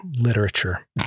literature